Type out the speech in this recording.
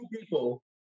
people